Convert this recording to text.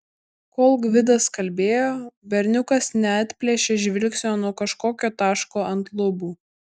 kol gvidas kalbėjo berniukas neatplėšė žvilgsnio nuo kažkokio taško ant lubų